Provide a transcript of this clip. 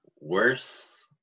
Worse